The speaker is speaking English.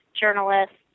journalists